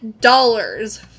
dollars